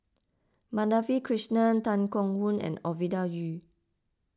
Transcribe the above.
Madhavi Krishnan Tan Keong Choon and Ovidia Yu